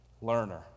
learner